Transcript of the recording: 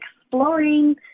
exploring